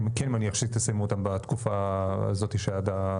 אני כן מניח שתסיימו אותה בתקופה הזאת שעד,